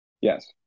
Yes